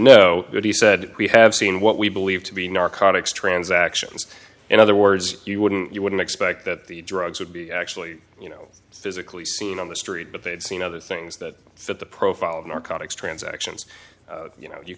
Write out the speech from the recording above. no good he said we have seen what we believe to be narcotics transactions in other words you wouldn't you wouldn't expect that the drugs would be actually you know physically seen on the street but they'd seen other things that fit the profile of narcotics transactions you know you